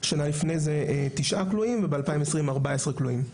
שנה לפני זה תשעה כלואים, וב-2020 14 כלואים.